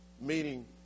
meaning